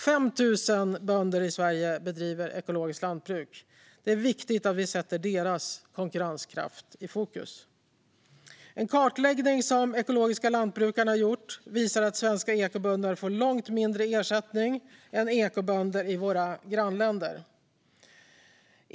5 000 bönder i Sverige bedriver ekologiskt lantbruk, och det är viktigt att vi sätter deras konkurrenskraft i fokus. En kartläggning som Ekologiska Lantbrukarna gjort visar att svenska ekobönder får långt mindre ersättning än ekobönder i våra grannländer.